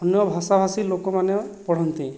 ଅନ୍ୟଭାଷା ଭାଷି ଲୋକମାନେ ପଢ଼ନ୍ତି